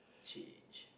change